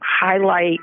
highlight